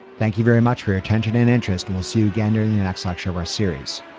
thank you very much for your attention and interest. we'll see you again during the next lecture of our series.